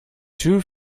two